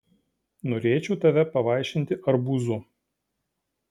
norėčiau tave pavaišinti arbūzu